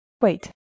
Wait